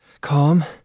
Calm